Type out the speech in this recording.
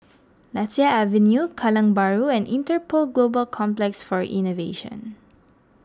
Lasia Avenue Kallang Bahru and Interpol Global Complex for Innovation